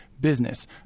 business